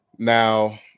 now